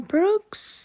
Brooks